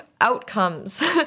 outcomes